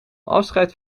afscheid